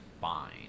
fine